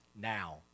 now